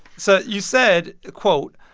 so you said, quote,